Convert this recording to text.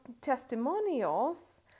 testimonials